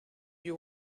you